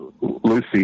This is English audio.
Lucy